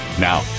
Now